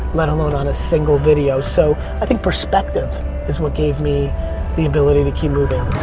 let alone on a single video. so i think perspective is what gave me the ability to keep moving.